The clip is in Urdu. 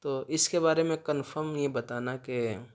تو اس کے بارے میں کنفرم یہ بتانا کہ